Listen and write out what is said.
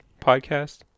podcast